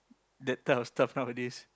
that type of stuff nowadays